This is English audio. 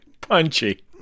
Punchy